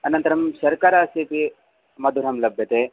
अनन्तरं शर्करायाः अपि मधुरं लभ्यते